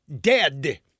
dead